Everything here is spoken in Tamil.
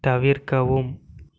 தவிர்க்கவும்